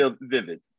vivid